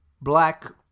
black